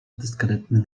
dyskretny